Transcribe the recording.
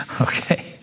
Okay